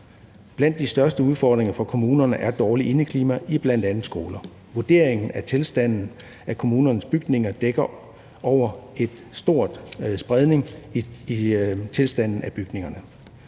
Blandt de største udfordringer for kommunerne er dårligt indeklima i bl.a. skoler. Vurderingen af tilstanden af kommunernes bygninger dækker over en stor spredning i tilstanden af bygninger.